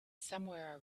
somewhere